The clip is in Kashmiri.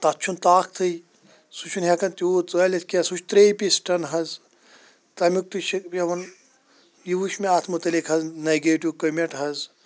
تَتھ چھُ نہٕ طاتھٕے سُہ چھُنہٕ ہیٚکان تِیوٗت ژٲلِتھ کیٚنٛہہ سُہ چھُ تریٚیہِ پِسٹَن حَظ تَمیُک تہِ چھُ پٮ۪وان یہِ وٕچھ مے اتھ مُتعلِق حظ نَگیٛٹِو کَمٮ۪نٛٹ حَظ